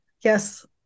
Yes